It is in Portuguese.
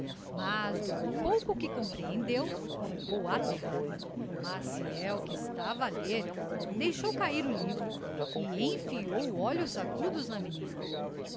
mas do pouco que comprehendeu licou aterrada maciel que estava a ler deixou cahir o livro e enfiou olhos agudos na menina